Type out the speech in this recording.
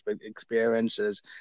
experiences